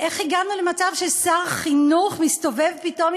ואיך הגענו למצב ששר חינוך מסתובב פתאום